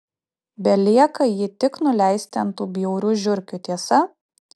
belieka jį tik nuleisti ant tų bjaurių žiurkių tiesa